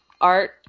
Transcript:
art